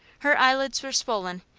her eyelids were swollen,